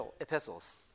epistles